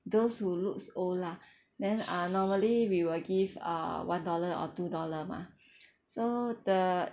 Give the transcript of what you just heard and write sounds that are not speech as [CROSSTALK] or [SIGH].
those who looks old lah [BREATH] then uh normally we will give uh one dollar or two dollar mah [BREATH] so the